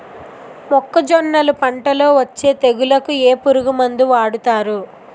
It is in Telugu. మొక్కజొన్నలు పంట లొ వచ్చే తెగులకి ఏ పురుగు మందు వాడతారు?